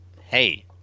hey